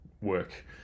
work